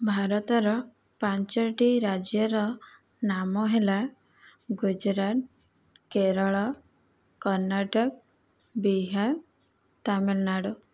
ଭାରତର ପାଞ୍ଚୋଟି ରାଜ୍ୟର ନାମ ହେଲା ଗୁଜୁରାଟ କେରଳ କର୍ଣ୍ଣାଟକ ବିହାର ତାମିଲନାଡ଼ୁ